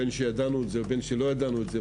בין שידענו את זה ובין שלא ידענו את זה,